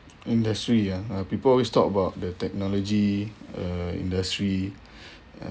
industry ya uh people always talk about the technology uh industry